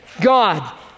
God